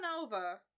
over